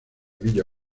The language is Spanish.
villa